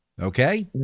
Okay